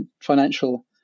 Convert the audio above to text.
financial